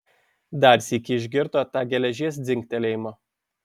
dar sykį išgirdo tą geležies dzingtelėjimą